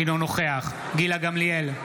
אינו נוכח גילה גמליאל,